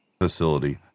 facility